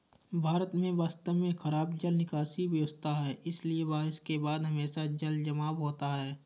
भारत में वास्तव में खराब जल निकासी व्यवस्था है, इसलिए बारिश के बाद हमेशा जलजमाव होता है